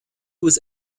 was